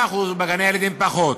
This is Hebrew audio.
הוא 25%, אז בגני-הילדים, פחות.